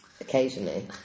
Occasionally